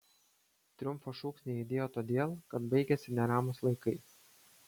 triumfo šūksniai aidėjo todėl kad baigėsi neramūs laikai